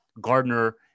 Gardner